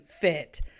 fit